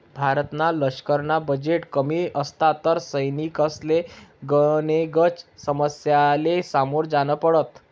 भारतना लशकरना बजेट कमी असता तर सैनिकसले गनेकच समस्यासले समोर जान पडत